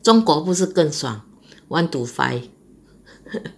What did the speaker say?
中国不是更爽 one to five